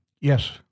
Yes